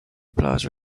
plaza